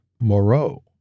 Moreau